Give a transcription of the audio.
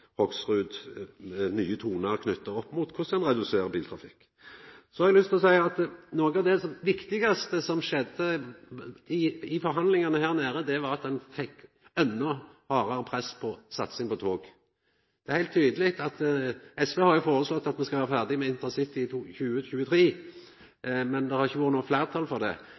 Hoksrud, og nye tonar om korleis ein reduserer biltrafikk. Så har eg lyst til å seia at noko av det viktigaste som skjedde i forhandlingane her, var at ein fekk endå hardare press på satsing på tog. SV har jo foreslått at me skal vera ferdige med intercity i 2023, men det har ikkje vore noko fleirtal for det.